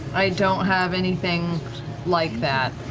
i don't have anything like that.